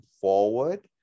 forward